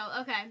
Okay